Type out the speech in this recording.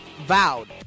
vowed